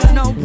no